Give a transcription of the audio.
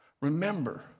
Remember